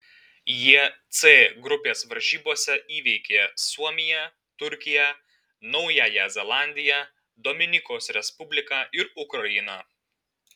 jie c grupės varžybose įveikė suomiją turkiją naująją zelandiją dominikos respubliką ir ukrainą